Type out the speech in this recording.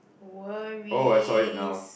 worries